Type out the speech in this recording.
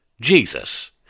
Jesus